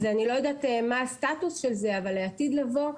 אז אני לא יודעת מה הסטטוס של זה, אבל לעתיד לבוא,